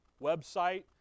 website